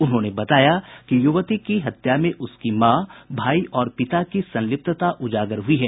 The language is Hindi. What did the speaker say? उन्होंने बताया कि युवती की हत्या में उसकी मां भाई और पिता की संलिप्तता उजागर हुई है